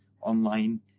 online